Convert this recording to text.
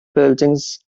buildings